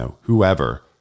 whoever